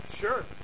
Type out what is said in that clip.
Sure